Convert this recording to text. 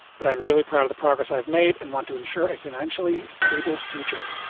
but i'm really proud of the progress i've made and want to ensure a financially stable future.